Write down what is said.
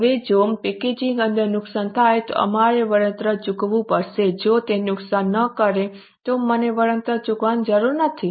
હવે જો પેકેજની અંદર નુકસાન થાય તો અમારે વળતર ચૂકવવું પડશે જો તે નુકસાન ન કરે તો મને વળતર ચૂકવવાની જરૂર નથી